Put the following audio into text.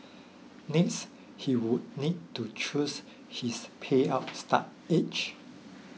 next he would need to choose his payout start age